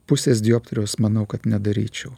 pusės dioptrijos manau kad nedaryčiau